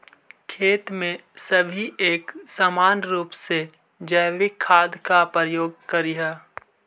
खेती में सभी एक समान रूप से जैविक खाद का प्रयोग करियह